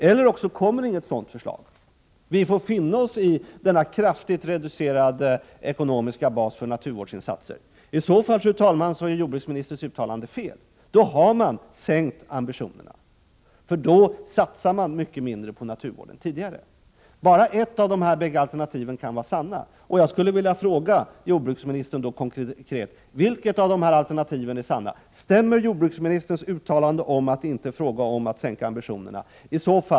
Eller också kommer inget sådant förslag, utan vi får finna oss i denna kraftigt reducerade ekonomiska bas för naturvårdsinsatserna. I så fall är jordbruksministerns uttalande felaktigt. Då har man sänkt ambitionerna. Då satsar man mycket mindre på naturvård än tidigare. Bara ett av dessa båda alternativ kan vara sant. Jag vill fråga jordbruksministern: Vilket av dessa alternativ är sant? Stämmer jordbruksministerns uttalande om att det inte är fråga om att sänka ambitionerna?